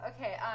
Okay